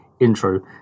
intro